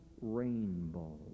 rainbow